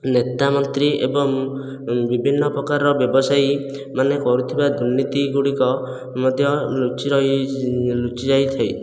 ନେତାମନ୍ତ୍ରୀ ଏବଂ ବିଭିନ୍ନ ପ୍ରକାରର ବ୍ୟବସାୟୀମାନେ କରୁଥିବା ଦୁର୍ନୀତିଗୁଡ଼ିକ ମଧ୍ୟ ଲୁଚି ରହି ଯାଇଥାଏ